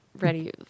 ready